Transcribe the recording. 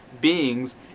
beings